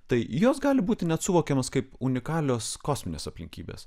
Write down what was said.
tai jos gali būti net suvokiamos kaip unikalios kosminės aplinkybės